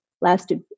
lasted